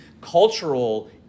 cultural